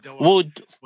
Wood